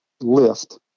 lift